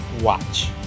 watch